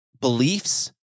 beliefs